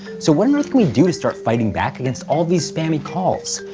so what on earth can we do to start fighting back against all these spammy calls?